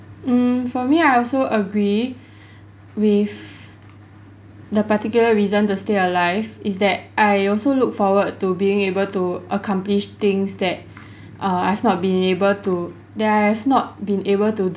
mm for me I also agree with the particular reason to stay alive is that I also look forward to being able to accomplish things that err I've not been able to that I've not been able to